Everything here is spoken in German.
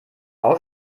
auch